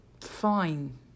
fine